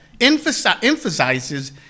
emphasizes